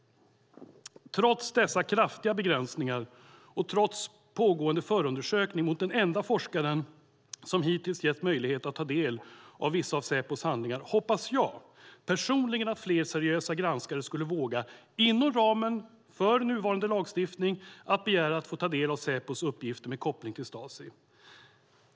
Trots dessa kraftiga begränsningar och trots pågående förundersökning mot den enda forskare som hittills getts möjlighet att ta del av vissa av Säpos handlingar hoppas jag personligen att fler seriösa granskare skulle våga, inom ramen för nuvarande lagstiftning, begära att få ta del av Säpos uppgifter med koppling till Stasi.